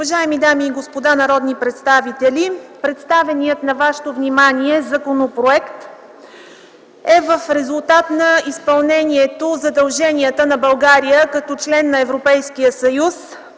Уважаеми дами и господа народни представители! Представеният на вашето внимание законопроект е в резултат на изпълнението на задълженията на България като член на Европейския съюз